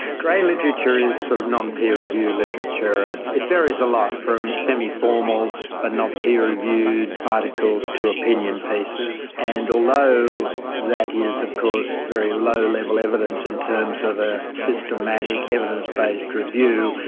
grey literature is sort of non peer reviewed literature. ah it varies a lot, from semi formal but not peer reviewed articles to opinion pieces. and although that is of course very low-level evidence in terms of a systematic evidence-based review,